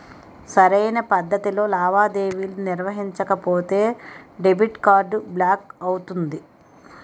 సరైన పద్ధతిలో లావాదేవీలు నిర్వహించకపోతే డెబిట్ కార్డ్ బ్లాక్ అవుతుంది